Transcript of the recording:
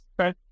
Okay